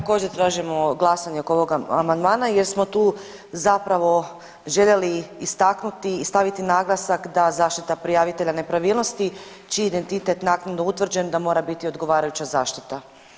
Također tražimo glasanje oko ovog amandmana jer smo tu zapravo željeli istaknuti i staviti naglasak da zaštita prijavitelja nepravilnosti čiji identitet naknadno utvrđen da mora biti odgovarajuća zaštita.